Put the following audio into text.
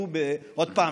עוד פעם,